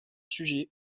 sujet